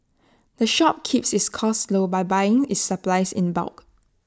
the shop keeps its costs low by buying its supplies in bulk